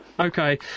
Okay